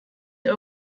der